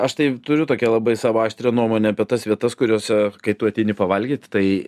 aš tai turiu tokią labai savo aštrią nuomonę apie tas vietas kuriose kai tu ateini pavalgyti tai